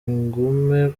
ingume